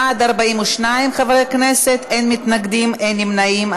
בעד, 42 חברי כנסת, אין מתנגדים, אין נמנעים.